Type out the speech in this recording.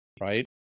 right